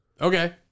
Okay